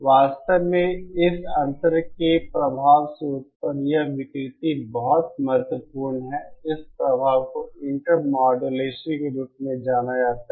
वास्तव में इस अंतर के प्रभाव से उत्पन्न यह विकृति बहुत महत्वपूर्ण है इस प्रभाव को इंटरमॉड्यूलेशन के रूप में जाना जाता है